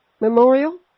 memorial